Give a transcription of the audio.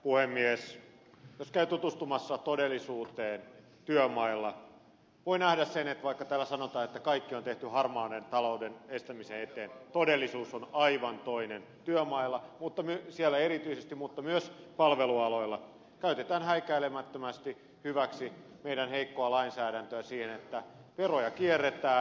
jos käy tutustumassa todellisuuteen työmailla voi nähdä sen että vaikka täällä sanotaan että kaikki on tehty harmaan talouden estämisen eteen todellisuus on aivan toinen työmailla siellä erityisesti mutta myös palvelualoilla käytetään häikäilemättömästi hyväksi meidän heikkoa lainsäädäntöä siihen että veroja kierretään